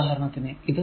ഉദാഹരണത്തിന് ഇത്